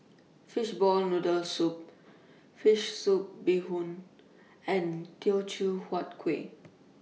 Fishball Noodle Soup Fish Soup Bee Hoon and Teochew Huat Kuih